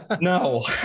No